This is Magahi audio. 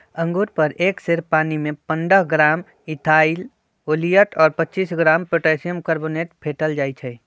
अंगुर पर एक सेर पानीमे पंडह ग्राम इथाइल ओलियट और पच्चीस ग्राम पोटेशियम कार्बोनेट फेटल जाई छै